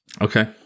Okay